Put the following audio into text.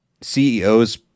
CEOs